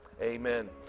Amen